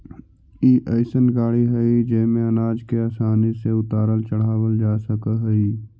ई अइसन गाड़ी हई जेमे अनाज के आसानी से उतारल चढ़ावल जा सकऽ हई